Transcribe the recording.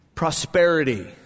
Prosperity